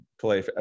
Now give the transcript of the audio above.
play